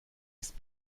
ist